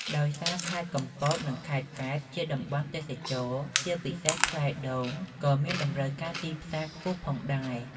ដោយសារខេត្តកំពត និងខេត្តកែបជាតំបន់ទេសចរណ៍ ជាពិសេសផ្លែដូងក៏មានតម្រូវការទីផ្សារខ្ពស់ផងដែរ។